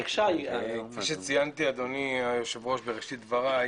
כפי שציינתי, אדוני היושב-ראש, בראשית דבריי